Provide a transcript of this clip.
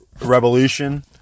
revolution